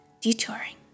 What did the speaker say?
detouring